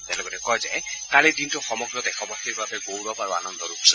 তেওঁ লগতে কয় যে কালিৰ দিনটো সমগ্ৰ দেশবাসীৰ বাবে গৌৰৱ আৰু আনন্দৰ উৎস